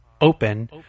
open